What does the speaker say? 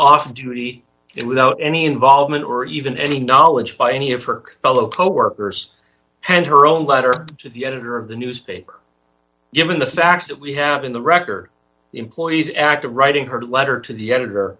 off duty it without any involvement or even any knowledge by any of her fellow coworkers and her own letter to the editor of the newspaper given the facts that we have in the record employees act of writing her letter to the editor